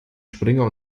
springer